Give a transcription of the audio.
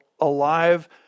alive